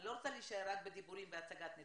אני לא רוצה להישאר רק בדיבורים ובהצגת נתונים,